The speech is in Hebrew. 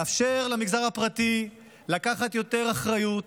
לאפשר למגזר הפרטי לקחת יותר אחריות,